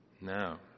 Now